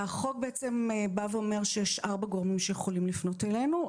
החוק בעצם בא ואומר שיש ארבעה גורמים שיכולים לפנות אלינו.